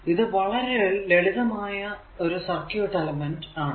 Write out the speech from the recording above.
ഇത് വളരെ ലളിതമായ സർക്യൂട് എലമെന്റ് ആണ്